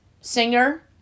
singer